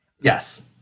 Yes